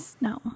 no